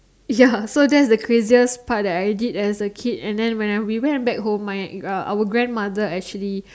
ya so that's the craziest part that I did as a kid and then when I we went back home my our grandmother actually